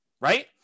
Right